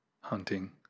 hunting